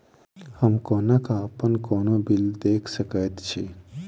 हम कोना कऽ अप्पन कोनो बिल देख सकैत छी?